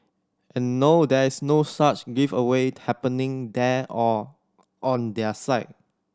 and no there is no such giveaway happening there or on their site